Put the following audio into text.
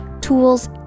tools